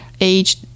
age